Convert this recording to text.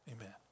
Amen